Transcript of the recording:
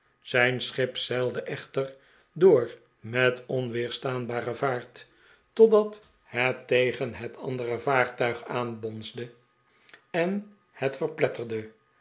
zijn schip zeilde echter door met onweerstaanbare vaart totdat het tegen het andere vaartuig aanbonsde en het verpletterde